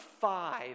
five